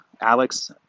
Alex